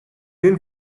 энэ